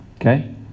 Okay